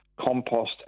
compost